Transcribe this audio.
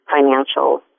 financial